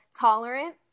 tolerant